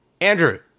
Andrew